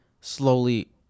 slowly